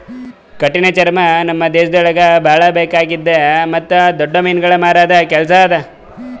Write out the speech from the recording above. ಕಠಿಣ ಚರ್ಮ ನಮ್ ದೇಶದಾಗ್ ಭಾಳ ಬೇಕಾಗಿದ್ದು ಮತ್ತ್ ದೊಡ್ಡ ಮೀನುಗೊಳ್ ಮಾರದ್ ಕೆಲಸ ಅದಾ